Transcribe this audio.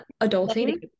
adulting